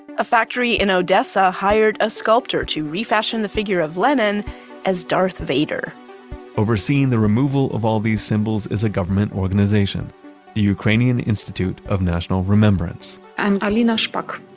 a factory in odessa hired a sculptor to refashion the figure of lenin as darth vader overseeing the removal removal of all these symbols is a government organization the ukrainian institute of national remembrance i'm alina shpak.